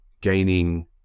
gaining